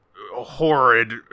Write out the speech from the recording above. horrid